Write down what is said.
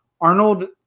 Arnold